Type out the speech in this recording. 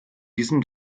diesem